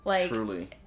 Truly